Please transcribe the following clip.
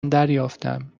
دریافتم